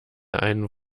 einen